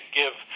give